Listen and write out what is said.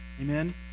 Amen